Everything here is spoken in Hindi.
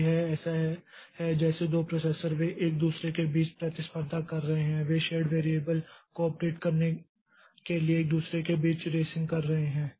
तो यह ऐसा है जैसे दो प्रोसेसर वे एक दूसरे के बीच प्रतिस्पर्धा कर रहे हैं वे शेर्ड वेरियबल को अपडेट करने के लिए एक दूसरे के बीच रेसिंग कर रहे हैं